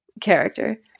character